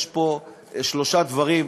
יש פה שלושה דברים,